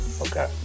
Okay